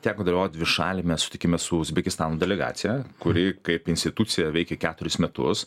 teko dalyvauti dvišaliame sutikime su uzbekistano delegacija kuri kaip institucija veikė keturis metus